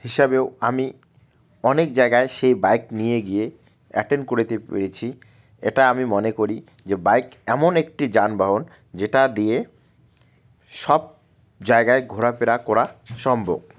হিসাবেও আমি অনেক জায়গায় সেই বাইক নিয়ে গিয়ে অ্যাটেন্ড করতে পেরেছি এটা আমি মনে করি যে বাইক এমন একটি যানবাহন যেটা দিয়ে সব জায়গায় ঘোরাফেরা করা সম্ভব